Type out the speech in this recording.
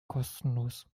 kostenlos